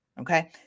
Okay